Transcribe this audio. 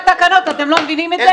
אתם נותנים לו במה.